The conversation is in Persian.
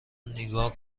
نیگا